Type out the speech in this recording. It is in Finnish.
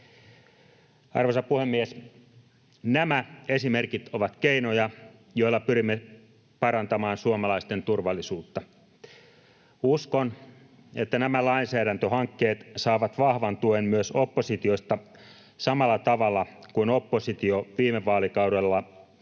Arvoisa puhemies! Nämä esimerkit ovat keinoja, joilla pyrimme parantamaan suomalaisten turvallisuutta. Uskon, että nämä lainsäädäntöhankkeet saavat vahvan tuen myös oppositiosta samalla tavalla kuin oppositio viime vaalikaudella tuki